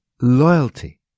loyalty